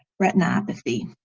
retinopathy.